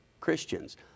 Christians